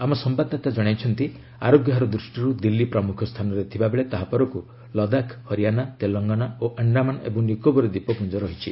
ଆମ ସମ୍ଭାଦଦାତା ଜଣାଇଛନ୍ତି ଆରୋଗ୍ୟ ହାର ଦୃଷ୍ଟିରୁ ଦିଲ୍ଲୀ ପ୍ରମୁଖ ସ୍ଥାନରେ ଥିବା ବେଳେ ତାହା ପରକୁ ଲଦାଖ ହରିଆଣା ତେଲଙ୍ଗାନା ଓ ଆଣ୍ଡାମାନ ଏବଂ ନିକୋବର ଦୀପପୁଞ୍ଜ ରହିଛି